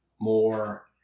more